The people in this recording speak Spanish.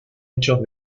hechos